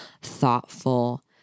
thoughtful